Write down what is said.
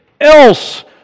else